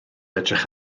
edrych